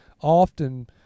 often